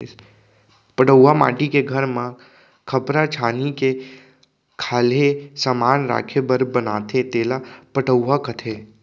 पटउहॉं माटी के घर म खपरा छानही के खाल्हे समान राखे बर बनाथे तेला पटउहॉं कथें